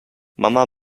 mama